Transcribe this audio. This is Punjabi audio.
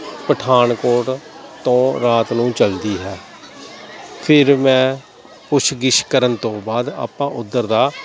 ਪਠਾਣਕੋਟ ਤੋਂ ਰਾਤ ਨੂੰ ਚਲਦੀ ਹੈ ਫਿਰ ਮੈਂ ਪੁੱਛ ਗਿੱਛ ਕਰਨ ਤੋਂ ਬਾਅਦ ਆਪਾਂ ਉੱਧਰ ਦਾ